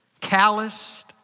calloused